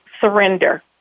surrender